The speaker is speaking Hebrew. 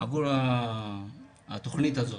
עבור התוכנית הזאת.